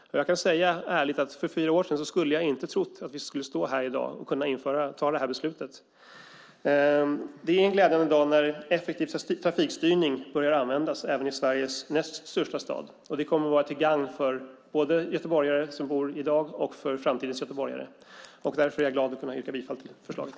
Jag kan ärligt säga att för fyra år sedan trodde jag inte att vi skulle stå här i dag och fatta detta beslut. Det är en glädjande dag när effektiv trafikstyrning börjar användas även i Sveriges näst största stad. Det kommer att vara till gagn för både dagens och framtidens göteborgare. Därför är jag glad att kunna yrka bifall till förslaget.